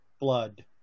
blood